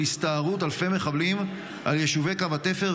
הסתערות אלפי מחבלים על יישובי קו התפר?